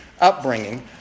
upbringing